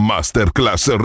Masterclass